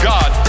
God